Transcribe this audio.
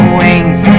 wings